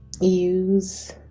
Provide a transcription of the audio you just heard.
Use